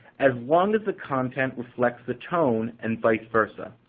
as long as the content reflects the tone and vice versa.